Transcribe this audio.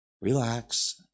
relax